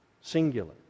singular